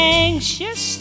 anxious